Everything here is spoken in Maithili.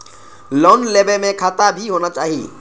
लोन लेबे में खाता भी होना चाहि?